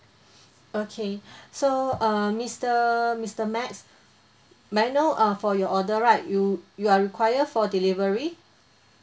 okay so err mister mister max may I know uh for your order right you you are require for delivery